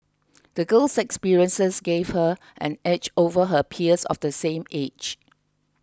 the girl's experiences gave her an edge over her peers of the same age